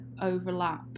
overlap